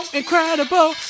incredible